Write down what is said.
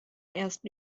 ersten